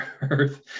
earth